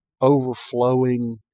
overflowing